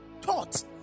taught